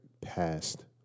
past